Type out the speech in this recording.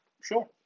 Sure